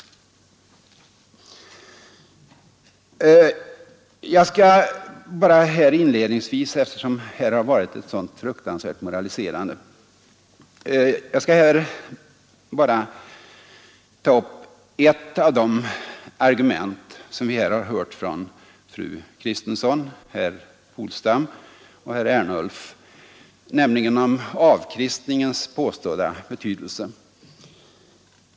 Jag skall inledningsvis, eftersom det i denna debatt förekommit ett så fruktansvärt moraliserande, bara ta upp ett av de argument som vi har hört från fru Kristensson, herr Polstam och herr Ernulf, nämligen om avkristningens påstådda betydelse.